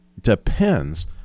depends